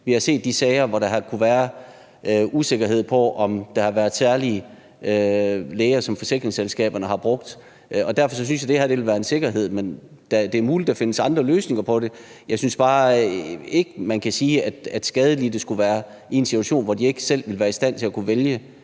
vi har set de sager, hvor der har kunnet være usikkerhed, i forhold til om der har været særlige læger, som forsikringsselskaberne har brugt. Derfor synes jeg, det her ville give en sikkerhed, men det er muligt, at der findes andre løsninger på det. Jeg synes bare ikke, man kan sige, at skadelidte skulle være i en situation, hvor de ikke selv ville være i stand til at kunne vælge